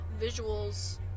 visuals